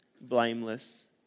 blameless